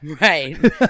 right